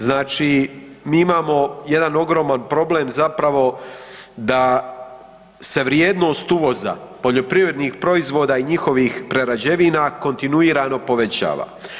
Znači, mi imamo jedan ogroman problem zapravo da se vrijednost uvoza poljoprivrednih proizvoda i njihovih prerađevina kontinuirano povećava.